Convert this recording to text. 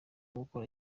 gukora